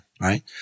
right